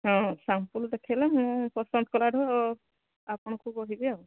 ହଁ ସାମ୍ପୁଲ୍ ଦେଖେଇଲେ ମୁଁ ପସନ୍ଦ କରିବାର ଆପଣଙ୍କୁ କହିବି ଆଉ